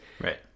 right